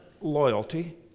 loyalty